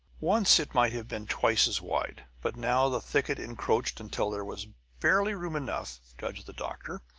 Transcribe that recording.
once it might have been twice as wide, but now the thicket encroached until there was barely room enough, judged the doctor,